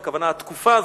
הכוונה, התקופה הזאת,